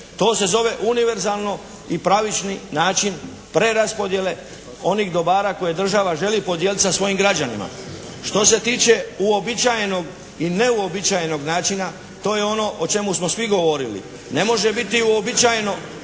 To se zove univerzalno i pravični način preraspodjele onih dobara koje država želi podijeliti sa svojim građanima. Što se tiče uobičajenog i neuobičajenog načina. To je ono o čemu smo svi govorili. Ne može biti uobičajeno